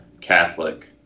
Catholic